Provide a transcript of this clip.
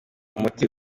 umuti